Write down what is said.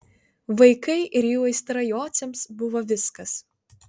vaikai ir jų aistra jociams buvo viskas